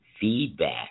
feedback